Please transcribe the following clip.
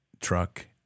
truck